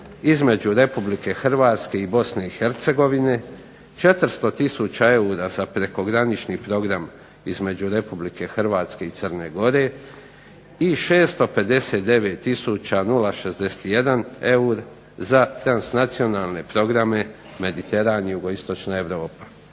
između Republike Hrvatske i Bosne i Hercegovine. 400 tisuća eura za prekogranični program između Republike Hrvatske i Crne gore. I 659 tisuća 061 eur za transnacionalne programe Mediteran i Jugoistočna Europa.